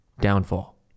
Downfall